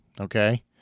Okay